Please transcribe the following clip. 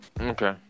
Okay